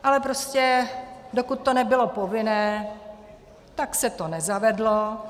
Ale prostě dokud to nebylo povinné, tak se to nezavedlo.